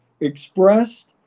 expressed